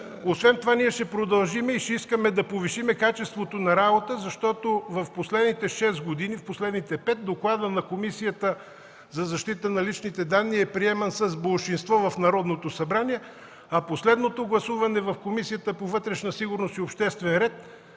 Освен това, ще продължим и ще искаме да повишим качеството на работа, защото през последните 5-6 години докладите на Комисията за защита на личните данни са били приемани с болшинство в Народното събрание. Последното гласуване в Комисията по вътрешна сигурност и обществен ред,